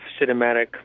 cinematic